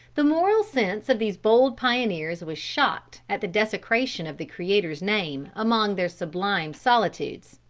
the moral sense of these bold pioneers was shocked at the desecration of the creator's name among their sublime solitudes.